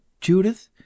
judith